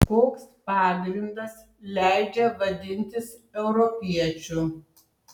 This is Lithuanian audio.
koks pagrindas leidžia vadintis europiečiu